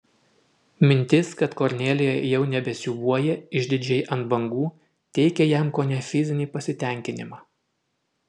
mintis kad kornelija jau nebesiūbuoja išdidžiai ant bangų teikė jam kone fizinį pasitenkinimą